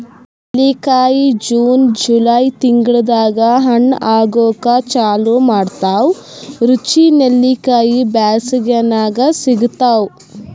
ನೆಲ್ಲಿಕಾಯಿ June July ತಿಂಗಳ್ದಾಗ್ ಹಣ್ಣ್ ಆಗೂಕ್ ಚಾಲು ಮಾಡ್ತಾವ್ ರುಚಿ ನೆಲ್ಲಿಕಾಯಿ ಬ್ಯಾಸ್ಗ್ಯಾಗ್ ಸಿಗ್ತಾವ್